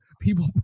people